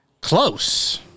Close